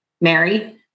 Mary